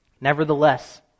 Nevertheless